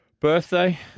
birthday